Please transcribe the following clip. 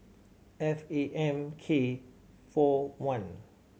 F A M K four one